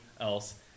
else